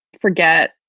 forget